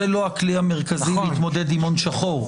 זה לא הכלי המרכזי להתמודד עם הון שחור.